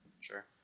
Sure